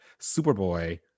Superboy